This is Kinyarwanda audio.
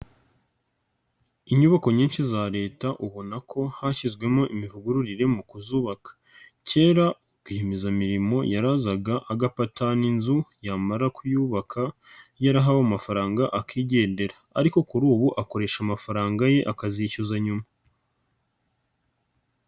Inyubako nyinshi za Leta ubona ko hashyizwemo imivugururire mu kuzubaka, kera rwiyemezamirimo yarazaga agapatana inzu yamara kuyubaka yarahawe amafaranga akigendera ariko kuri ubu akoresha amafaranga ye akazishyuza nyuma.